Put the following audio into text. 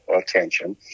attention